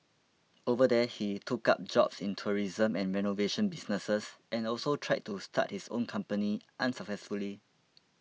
over there he took up jobs in tourism and renovation businesses and also tried to start his own company unsuccessfully